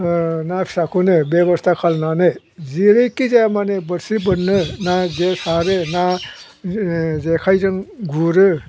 ना फिसाखौनो बेब'स्था खालामनानै जेरैखि जाया मानो बोरसि बोननो ना जे सारो ना जेखाइजों गुरो